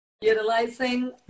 utilizing